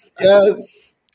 yes